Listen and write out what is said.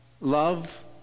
love